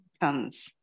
comes